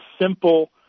simple